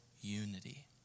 unity